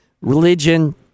religion